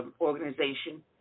organization